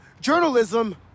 journalism